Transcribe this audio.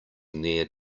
near